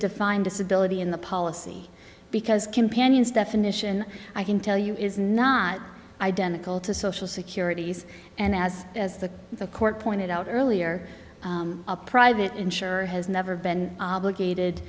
define disability in the policy because companion's definition i can tell you is not identical to social security's and as as the the court pointed out earlier a private insurer has never been obligated